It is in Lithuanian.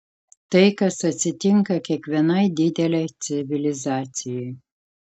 tai kas atsitinka kiekvienai didelei civilizacijai